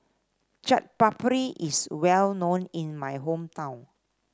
Chaat Papri is well known in my hometown